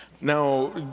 Now